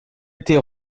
été